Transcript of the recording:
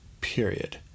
period